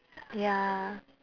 ya